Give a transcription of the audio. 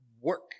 work